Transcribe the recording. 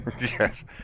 Yes